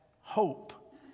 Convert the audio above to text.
hope